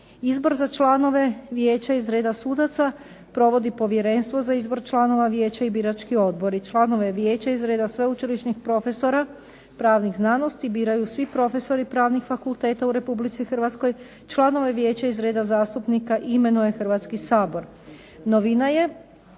Izbor za članove vijeća iz reda sudaca provodi Povjerenstvo za izbor članova vijeća i birački odbori. Članove vijeća iz reda sveučilišnih profesora pravnih znanosti biraju svi profesori pravnih fakulteta u Republici Hrvatskoj. Članove vijeća iz reda zastupnika imenuje Hrvatski sabor. Novina je